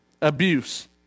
abuse